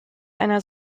einer